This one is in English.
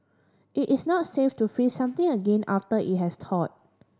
it is not safe to freeze something again after it has thawed